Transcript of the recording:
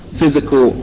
physical